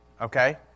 okay